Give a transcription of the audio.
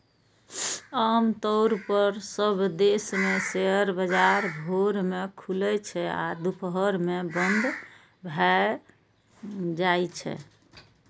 आम तौर पर सब देश मे शेयर बाजार भोर मे खुलै छै आ दुपहर मे बंद भए जाइ छै